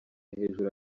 hejuru